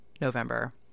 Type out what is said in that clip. November